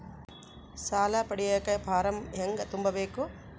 ಸಾಲ ಪಡಿಯಕ ಫಾರಂ ಹೆಂಗ ತುಂಬಬೇಕು?